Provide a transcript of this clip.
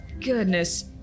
goodness